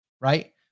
right